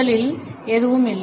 முதலில் எதுவும் இல்லை